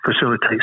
facilitates